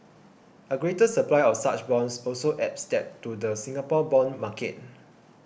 a greater supply of such bonds also adds depth to the Singapore bond market